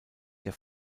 der